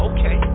Okay